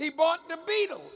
he bought the beatles